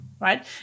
right